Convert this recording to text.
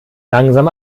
langsam